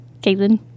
Caitlin